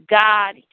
God